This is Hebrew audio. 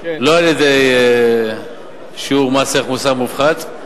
הוא לא על-ידי שיעור מס ערך מוסף מופחת,